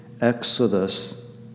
exodus